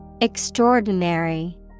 extraordinary